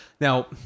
Now